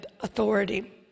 authority